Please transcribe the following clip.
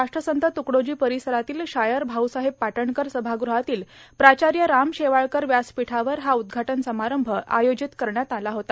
राष्ट्रसंत तुकडोजी र्पारसरातील शायर भाऊसाहेब पाटणकर सभागृहातील प्राचाय राम शेवाळकर व्यासपीठावर हा उद्घाटन समारंभ आयोजित करण्यात आला होता